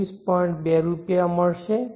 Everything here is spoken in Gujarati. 2 રૂપિયા મળશે